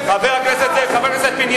חבר הכנסת חסון.